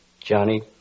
Johnny